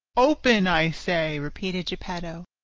open! i say, repeated geppetto,